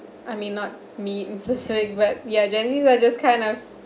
I mean not me it's just like but ya are just kind of